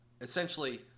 essentially